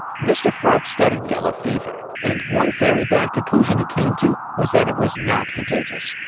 mr. ffirth studied yellow fever and one very bad conclusion he came to was that it was not contagious.